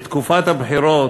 בתקופת הבחירות,